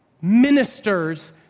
ministers